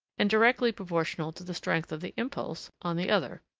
and directly proportional to the strength of the impulse, on the other,